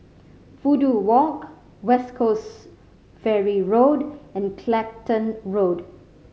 Fudu Walk West Coast Ferry Road and Clacton Road